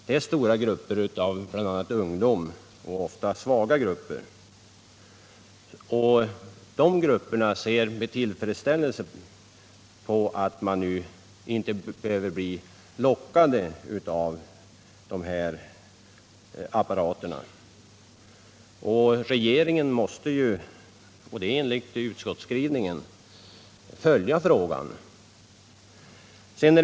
De senare är bl.a. stora grupper av ungdom —- ofta svaga grupper — och de grupperna ser med tillfredsställelse fram emot att slippa bli lockade av de här apparaterna. Regeringen måste enligt utskottskrivningen följa frågans utveckling.